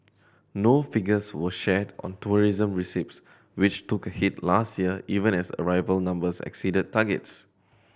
no figures were shared on tourism receipts which took a hit last year even as arrival numbers exceeded targets